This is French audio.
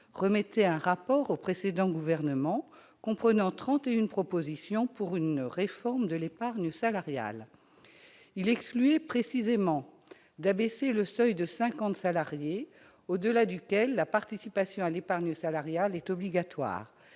remettait un rapport au précédent gouvernement, comprenant 31 propositions pour une réforme de l'épargne salariale. Il excluait précisément d'abaisser le seuil de 50 salariés, au-delà duquel la participation à l'épargne salariale est obligatoire.